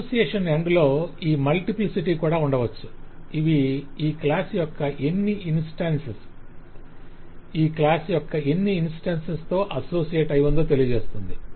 association end లో ఈ multiplicities కూడా ఉండవచ్చు ఇవి ఈ క్లాస్ యొక్క ఎన్ని ఇంస్టాన్సేస్ ఈ క్లాస్ యొక్క ఎన్ని ఇంస్టాన్సేస్ తో అసోసియేట్ అయిఉందో తెలియజేస్తుంది